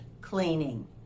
cleaning